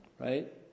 right